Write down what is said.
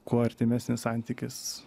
kuo artimesnis santykis